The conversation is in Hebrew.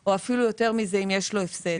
או אפילו יותר מזה אם יש לו הפסד,